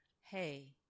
hey